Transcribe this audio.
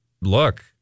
look